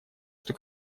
что